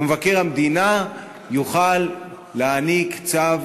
ומבקר המדינה יוכל להעניק צו